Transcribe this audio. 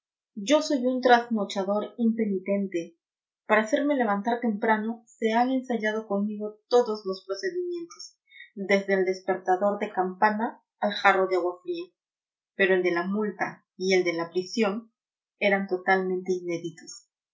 yo soy un trasnochador impenitente para hacerme levantar temprano se han ensayado conmigo todos los procedimientos desde el despertador de campana al jarro de agua fría pero el de la multa y el de la prisión eran totalmente inéditos